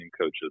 coaches